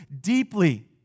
deeply